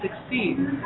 succeed